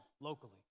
locally